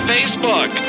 Facebook